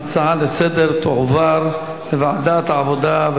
ההצעה לסדר-היום תועבר לוועדת העבודה,